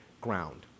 ground